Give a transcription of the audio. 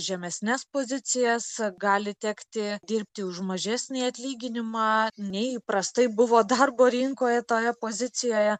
žemesnes pozicijas gali tekti dirbti už mažesnį atlyginimą nei įprastai buvo darbo rinkoje toje pozicijoje